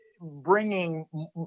bringing